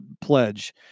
pledge